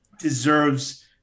deserves